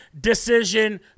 decision